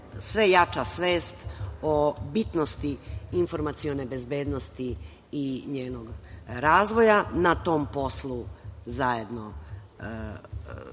sve jača svest o bitnosti informacione bezbednosti i njenog razvoja. Na tom poslu zajedno radite